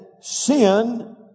sin